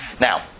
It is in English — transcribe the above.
Now